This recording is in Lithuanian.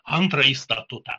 antrąjį statutą